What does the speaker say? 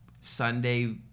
Sunday